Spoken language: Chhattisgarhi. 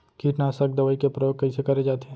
कीटनाशक दवई के प्रयोग कइसे करे जाथे?